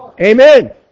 Amen